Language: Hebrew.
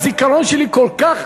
הזיכרון שלי כל כך,